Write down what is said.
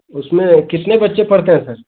उसमें कितने बच्चे पढ़ते हैं सर